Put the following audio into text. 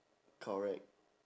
correct